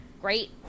great